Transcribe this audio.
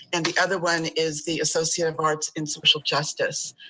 and the other one is the associative arts in social justice.